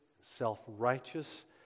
self-righteous